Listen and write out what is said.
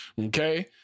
Okay